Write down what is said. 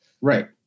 Right